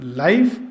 life